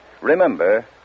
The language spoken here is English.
Remember